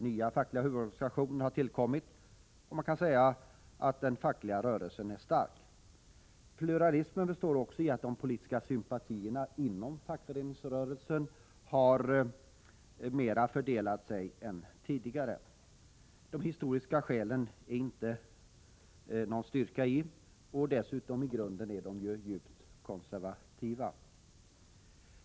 Nya fackliga huvudorganisationer har tillkommit, och man kan säga att den fackliga rörelsen är stark. Pluralismen består också i att de politiska sympatierna inom fackföreningsrörelsen fördelar sig mera spritt än tidigare. De historiska skälen saknar styrka, och dessutom är de i grunden djupt konservativa.